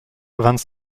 vingt